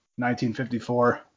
1954